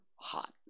Hot